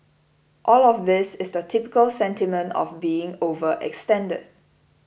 all of this is the typical sentiment of being overextended